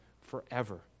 forever